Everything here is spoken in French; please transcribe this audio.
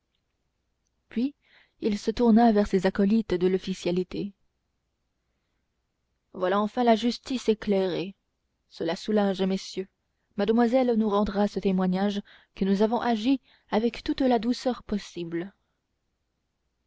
puis il se tourna vers ses acolytes de l'officialité voilà enfin la justice éclairée cela soulage messieurs mademoiselle nous rendra ce témoignage que nous avons agi avec toute la douceur possible